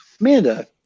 Amanda